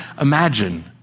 imagine